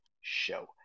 show